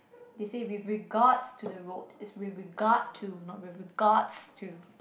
they say with regards to the road is with regard to not with regards to